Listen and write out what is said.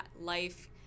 life